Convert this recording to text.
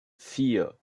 vier